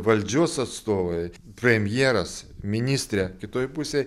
valdžios atstovai premjeras ministrė kitoj pusėj